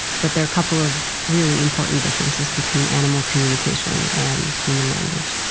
but there are a couple of really important differences between animal communication and human language